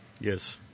Yes